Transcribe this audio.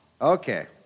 Okay